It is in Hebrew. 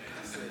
שם.